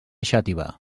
xàtiva